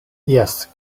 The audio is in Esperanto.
jes